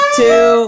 two